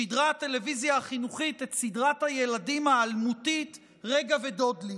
שידרה הטלוויזיה החינוכית את סדרת הילדים האלמותית רגע עם דודלי.